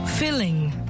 Filling